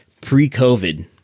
pre-COVID